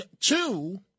two